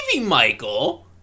Michael